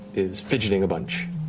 is fidgeting a bunch